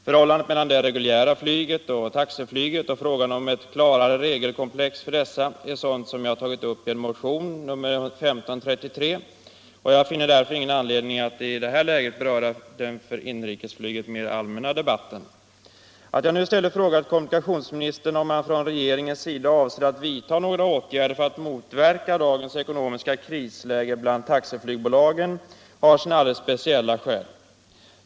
Förhållandet mellan det reguljära flyget och taxiflyget och frågan om ett klarare regelkomplex för detta är sådant som jag tagit upp i motionen 1533, och jag finner därför ingen anledning att i detta läge beröra den för inrikesflyget mer allmänna debatten. Att jag nu i stället frågat kommunikationsministern om man från regeringens sida avser att vidtaga åtgärder för att motverka dagens ekonomiska krisläge bland taxiflygbolagen har sina alldeles speciella skäl.